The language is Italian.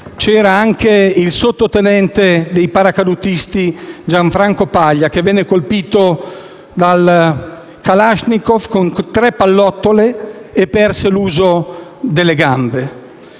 c'era anche il sottotenente dei paracadutisti Gianfranco Paglia, che venne colpito da un kalashnikov con tre pallottole e perse l'uso delle gambe.